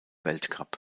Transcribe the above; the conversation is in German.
weltcup